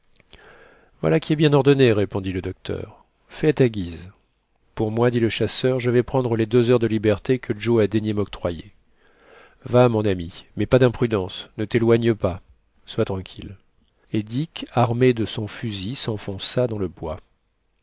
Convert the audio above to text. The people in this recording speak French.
voilà qui est bien ordonné répondit le docteur fais à ta guise pour moi dit le chasseur je vais prendre le deux heures de liberté que joe a daigné m'octroyer va mon ami mais pas dimprudence ne téloigne pas sois tranquille et dick armé de son fusil s'enfonça dans le bois